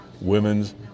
Women's